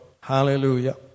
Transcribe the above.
Hallelujah